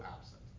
absent